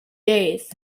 days